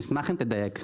אני אשמח אם תדייק.